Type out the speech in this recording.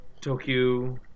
Tokyo